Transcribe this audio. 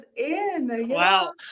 Wow